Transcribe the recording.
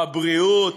בבריאות,